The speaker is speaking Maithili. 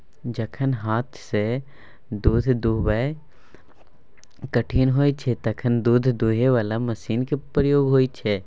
जखन हाथसँ दुध दुहब कठिन होइ छै तखन दुध दुहय बला मशीनक प्रयोग होइ छै